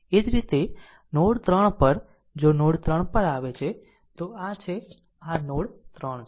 એ જ રીતે નોડ 3 પર જો નોડ 3 પર આવે છે તો આ છે આ આ r નોડ 3 છે